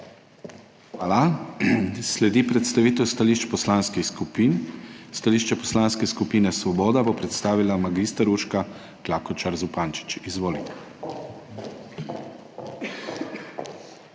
Hvala. Sledi predstavitev stališč poslanskih skupin. Stališče Poslanske skupine Svoboda bo predstavila mag. Urška Klakočar Zupančič. Izvoli.